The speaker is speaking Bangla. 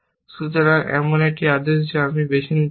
সুতরাং এমন একটি আদেশ আছে যা আমি বেছে নিতে পারি